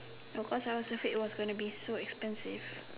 of course I want to say it was gonna be so expensive